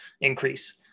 increase